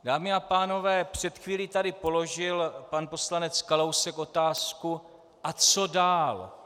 Dámy a pánové, před chvílí tady položil pan poslanec Kalousek otázku: A co dál?